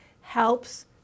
helps